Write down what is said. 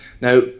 Now